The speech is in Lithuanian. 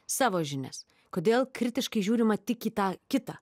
savo žinias kodėl kritiškai žiūrima tik į tą kitą